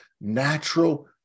natural